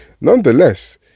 Nonetheless